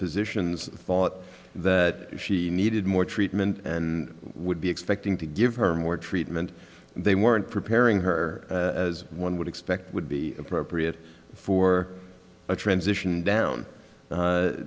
physicians thought that she needed more treatment and would be expecting to give her more treatment they weren't preparing her as one would expect would be appropriate for a transition down